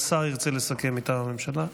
השר ירצה לסכם מטעם הממשלה?